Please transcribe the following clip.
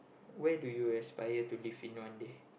where do you aspire to live in one day